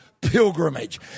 pilgrimage